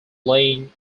laying